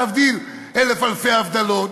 להבדיל אלף אלפי הבדלות,